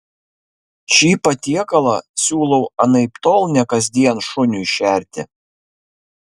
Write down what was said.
šį patiekalą siūlau anaiptol ne kasdien šuniui šerti